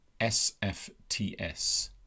SFTS